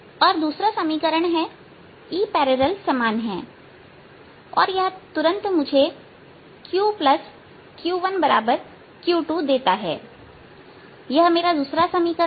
और दूसरा समीकरण है कि Eसमान है और यह तुरंत मुझे qq1q2देता है यह मेरा दूसरा समीकरण है